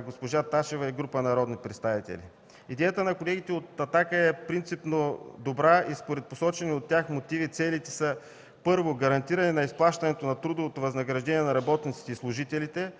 госпожа Магдалена Ташева и група народни представители. Идеята на колегите от „Атака” е принципно добра. Според посочените от тях мотиви, целите са: първо, гарантиране на изплащането на трудовото възнаграждение на работниците и служителите;